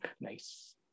nice